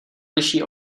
liší